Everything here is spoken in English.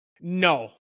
No